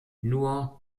nur